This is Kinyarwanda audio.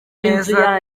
neza